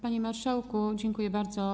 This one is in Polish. Panie marszałku, dziękuję bardzo.